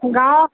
গাঁৱত